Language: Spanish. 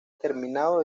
terminado